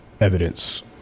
evidence